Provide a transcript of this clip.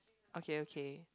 okay okay